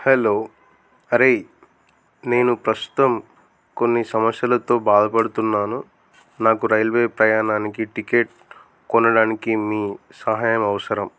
hello అరేయ్ నేను ప్రస్తుతం కొన్ని సమస్యలతో బాధపడుతున్నాను నాకు రైల్వే ప్రయాణానికి టికెట్ కొనడానికి మీ సహాయం అవసరం